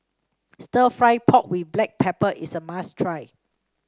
stir fry pork with Black Pepper is a must try